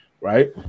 right